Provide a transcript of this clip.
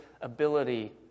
ability